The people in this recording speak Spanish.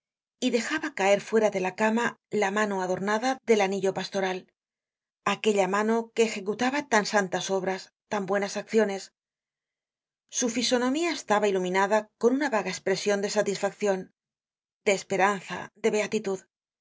y dejaba caer fuera de la cama la mano adornada del anillo pastoral aquella mano que ejecutaba tan santas obras tan buenas acciones su fisonomía estaba iluminada con una vaga espresion de satisfaccion de esperanza de beatitud